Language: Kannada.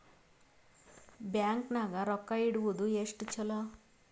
ಬ್ಯಾಂಕ್ ನಾಗ ರೊಕ್ಕ ಇಡುವುದು ಎಷ್ಟು ಚಲೋ?